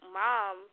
mom